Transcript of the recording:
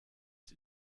sie